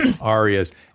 arias